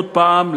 עוד פעם,